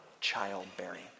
childbearing